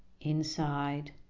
inside